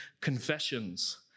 confessions